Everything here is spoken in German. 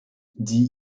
die